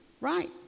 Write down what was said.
right